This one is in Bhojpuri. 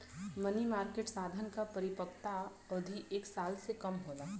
मनी मार्केट साधन क परिपक्वता अवधि एक साल से कम होले